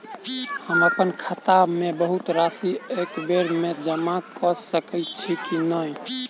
हम अप्पन खाता मे बहुत राशि एकबेर मे जमा कऽ सकैत छी की नै?